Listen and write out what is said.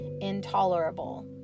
intolerable